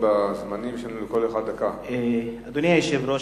אדוני היושב-ראש,